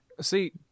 See